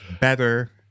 better